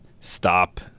stop